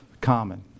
common